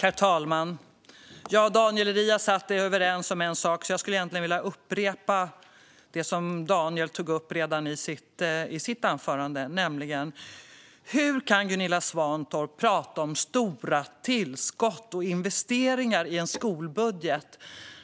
Herr talman! Jag och Daniel Riazat är överens om en sak. Jag skulle egentligen vilja upprepa det som Daniel tog upp redan i sitt anförande, nämligen: Hur kan Gunilla Svantorp prata om stora tillskott och investeringar i en skolbudget